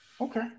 Okay